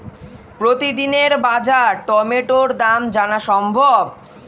প্রতিদিনের বাজার টমেটোর দাম জানা সম্ভব?